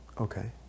Okay